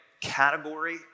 category